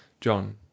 John